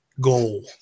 goal